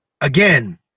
Again